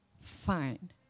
fine